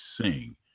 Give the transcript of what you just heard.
sing